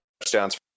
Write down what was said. touchdowns